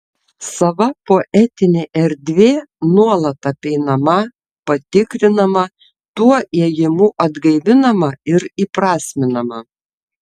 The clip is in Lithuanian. sava poetinė erdvė nuolat apeinama patikrinama tuo ėjimu atgaivinama ir įprasminama